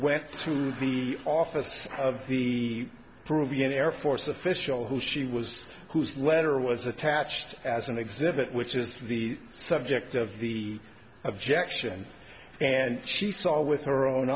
went through the office of the peruvian air force official who she was whose letter was attached as an exhibit which is the subject of the objection and she saw with her own